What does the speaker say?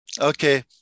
okay